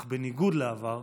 אך בניגוד לעבר,